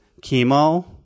chemo